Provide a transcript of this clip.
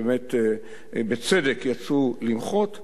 ובאמת בצדק יצאו למחות,